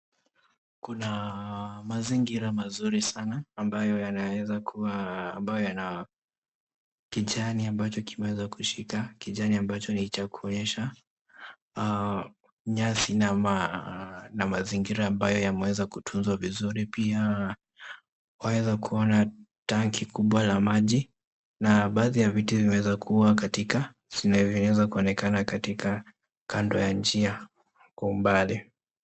Kuna mazingira mazuri sana ambayo yanaweza kuwa ambayo yana kijani ambacho kimeweza kushika, kijani ambacho ni cha kuonyesha nyasi na mazingira ambayo yameweza kutunzwa vizuri. Pia waweza kuona tanki kubwa la maji na baadhi ya vitu vimeweza kuwa katika kando ya njia kwa umbali.